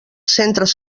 centres